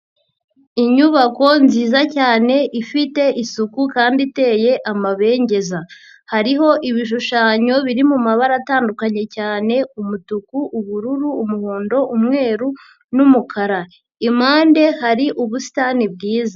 Inyubako nziza cyane ifite isuku kandi iteye amabengeza. Hariho ibishushanyo biri mu mabara atandukanye cyane; umutuku, ubururu, umuhondo, umweru, n'umukara. impande hari ubusitani bwiza.